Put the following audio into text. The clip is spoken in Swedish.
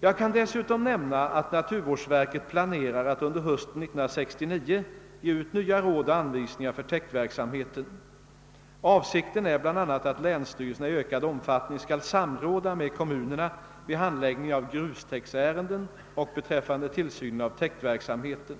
Jag kan dessutom nämna att naturvårdsverket planerar att under hösten 1969 ge ut nya råd och anvisningar för täktverksamheten. Avsikten är bl a. att länsstyrelserna i ökad omfattning skall samråda med kommunerna vid handläggningen av grustäktsärenden och beträffande tillsynen av täktverksamheten.